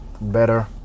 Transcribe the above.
better